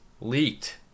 leaked